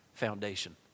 foundation